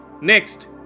Next